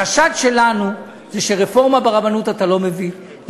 החשד שלנו זה שרפורמה ברבנות אתה לא מביא,